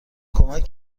کمک